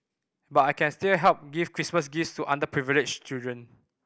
but I can still help give Christmas gifts to underprivileged children